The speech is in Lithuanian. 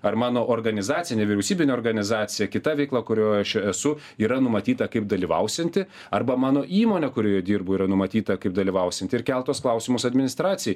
ar mano organizacija nevyriausybinė organizacija kita veikla kurioj aš esu yra numatyta kaip dalyvausianti arba mano įmonė kurioje dirbu yra numatyta kaip dalyvausianti ir kelt tuos klausimus administracijai